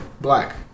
Black